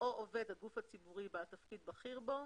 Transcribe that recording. או עובד הגוף הציבורי בעל תפקיד בכיר בו,